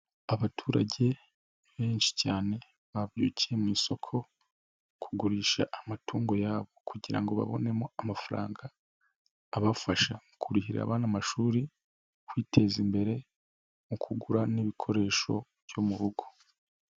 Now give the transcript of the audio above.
Abaturage benshi cyane babyukiye mu isoko kugurisha amatungo yabo kugira ngo babonemo amafaranga abafasha kurihira abana amashuri, kwiteza imbere, mu kugura n'ibikoresho byo mu rugo.